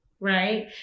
right